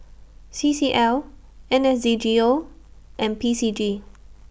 C C L N S Z G O and P C G